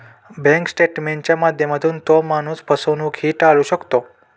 bank स्टेटमेंटच्या माध्यमातून तो माणूस फसवणूकही टाळू शकतो